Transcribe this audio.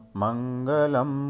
Mangalam